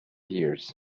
years